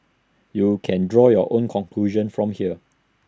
you can draw your own conclusion from here